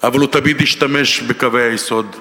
אבל הוא תמיד השתמש בקווי היסוד הלא-נכונים.